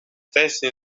testing